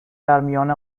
درمیان